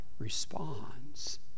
responds